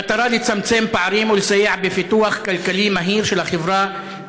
במטרה לצמצם פערים ולסייע בפיתוח כלכלי מהיר של החברה הערבית,